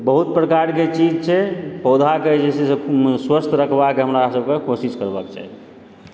बहुत प्रकारके चीज छै पौधाके जे छै से स्वस्थ रखबाके हमरा सबके कोशिश करबाके चाही